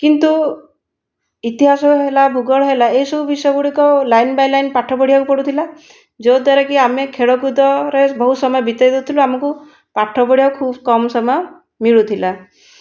କିନ୍ତୁ ଇତିହାସ ହେଲା ଭୂଗୋଳ ହେଲା ଏହି ସବୁ ବିଷୟ ଗୁଡ଼ିକ ଲାଇନ୍ ବାଇ ଲାଇନ୍ ପାଠ ପଢ଼ିବାକୁ ପଡ଼ୁଥିଲା ଯେଉଁ ଦ୍ୱାରା କି ଆମେ ଖେଳକୁଦ ରେ ବହୁତ ସମୟ ବିତେଇ ଦେଉଥିଲୁ ଆମକୁ ପାଠ ପଢ଼ିବାକୁ ଖୁବ କମ ସମୟ ମିଳୁଥିଲା